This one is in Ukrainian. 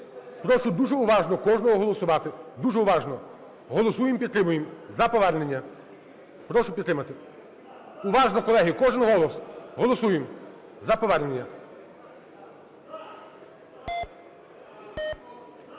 Прошу дуже уважно кожного голосувати, дуже уважно. Голосуємо, підтримуємо за повернення. Прошу підтримати. Уважно, колеги, кожен голос. Голосуємо за повернення.